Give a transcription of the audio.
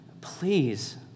please